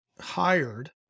hired